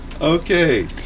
Okay